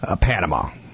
Panama